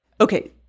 Okay